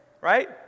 right